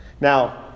Now